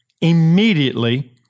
immediately